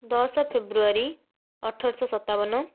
ଦଶ ଫେବୃଆରୀ ଅଠରଶ ସତାବନ